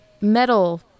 metal